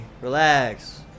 Relax